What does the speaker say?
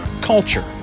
culture